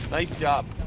nice job!